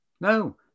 no